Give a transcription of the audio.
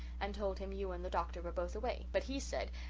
and told him you and the doctor were both away. but he said,